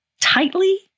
tightly